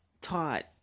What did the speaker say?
taught